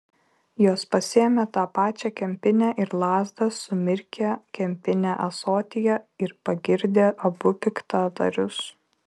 jos pasiėmė tą pačią kempinę ir lazdą sumirkė kempinę ąsotyje ir pagirdė abu piktadarius